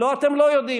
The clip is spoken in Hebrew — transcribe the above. לא, אתם לא יודעים,